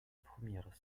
première